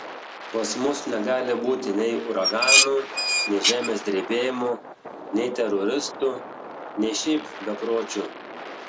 pas mus negali būti nei uraganų nei žemės drebėjimų nei teroristų nei šiaip bepročių